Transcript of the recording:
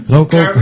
Local